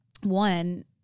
one